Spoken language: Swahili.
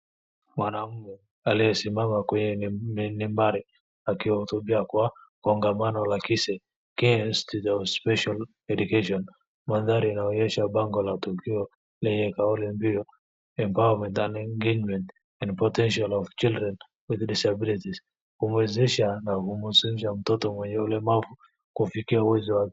Mwanaume aliyesimama kwenye ni mbali akiwahotubia kwa kongamano la KISE K Instution Of Special Education . Mandari yanaonyesha pango la tukio lenye kauli ya mbio EMPOWERMENT AND ENGAGEMENT AND POTENTIAL OF CHILDREN WITH DISABILITIES . Humwezesha na humhusisha mtoto mwenye ule mama kufika mwezi wa.